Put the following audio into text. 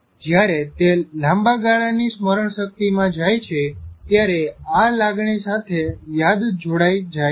જ્યારે તે લાંબા ગાળાની સ્મરણ શક્તિમાં જાઈ છે ત્યારે આ લાગણી સાથે યાદ જોડાઈ જાય છે